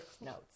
Notes